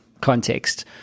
context